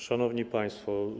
Szanowni Państwo!